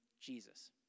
Jesus